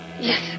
Yes